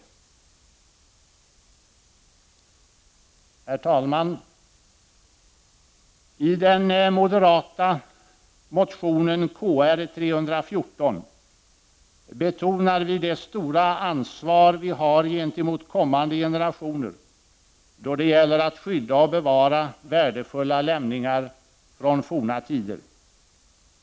Herr talman! I den moderata motionen Kr314 betonar vi det stora ansvar vi har gentemot kommande generationer då det gäller att skydda och bevara värdefulla lämningar från forna tider.